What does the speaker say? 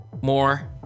more